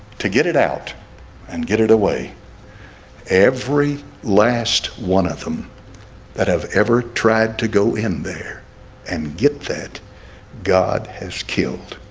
to get it out and get it away every last one of them that have ever tried to go in there and get that god has killed